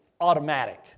automatic